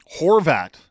Horvat